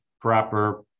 proper